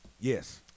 Yes